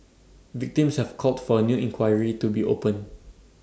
victims have called for A new inquiry to be opened